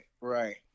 right